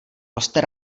roste